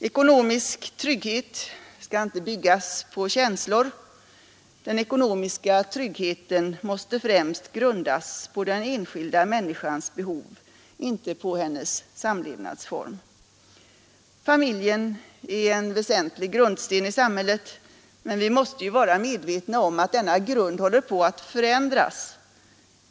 Ekonomisk trygghet skall inte byggas på känslor. Den ekonomiska tryggheten måste främst grundas på den enskilda människans behov, inte på hennes samlevnadsform. Familjen är en väsentlig grundsten i samhället, men vi måste vara medvetna om att denna grund håller på att förändras.